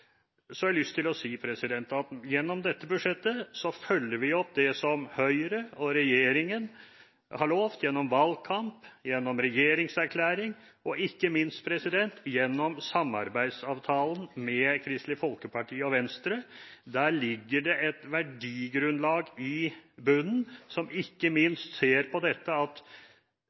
Så har jeg lyst til å si: Gjennom dette budsjettet følger vi opp det som Høyre og regjeringen har lovet gjennom valgkamp, gjennom regjeringserklæring og ikke minst gjennom samarbeidsavtalen med Kristelig Folkeparti og Venstre. Der ligger det et verdigrunnlag i bunnen som ikke minst ser på at